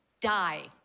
die